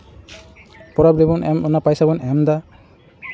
ᱯᱚᱨᱚᱵᱽ ᱨᱮᱵᱚᱱ ᱚᱱᱟ ᱯᱚᱭᱥᱟ ᱵᱚᱱ ᱮᱢᱫᱟ